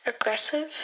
Aggressive